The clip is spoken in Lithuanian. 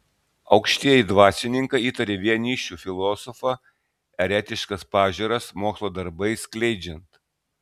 aukštieji dvasininkai įtarė vienišių filosofą eretiškas pažiūras mokslo darbais skleidžiant